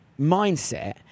mindset